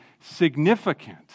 significant